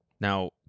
Now